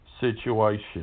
situation